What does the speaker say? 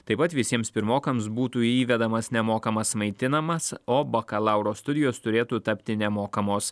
taip pat visiems pirmokams būtų įvedamas nemokamas maitinamas o bakalauro studijos turėtų tapti nemokamos